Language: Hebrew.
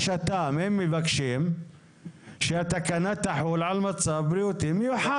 הם מבקשים שהתקנה תחול על מצב בריאותי מיוחד.